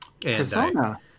persona